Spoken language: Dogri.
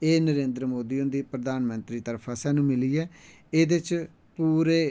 एह् नरेन्द्र मोदी हुंदी प्रधानमंत्री दी तरफ दा स्हानू मिली ऐ एह्दे च पूरे